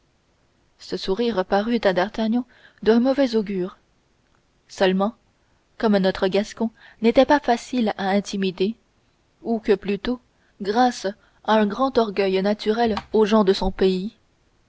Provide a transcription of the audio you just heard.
ce sourire parut à d'artagnan d'un mauvais augure seulement comme notre gascon n'était pas facile à intimider ou que plutôt grâce à un grand orgueil naturel aux gens de son pays